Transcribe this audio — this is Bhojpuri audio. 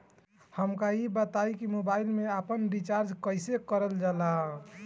हमका ई बताई कि मोबाईल में आपन रिचार्ज कईसे करल जाला?